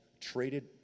traded